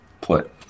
put